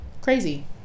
crazy